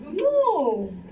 No